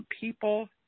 people